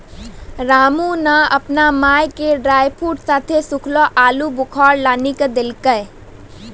रामू नॅ आपनो माय के ड्रायफ्रूट साथं सूखलो आलूबुखारा लानी क देलकै